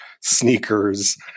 sneakers